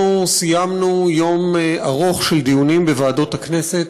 סיימנו יום ארוך של דיונים בוועדות הכנסת.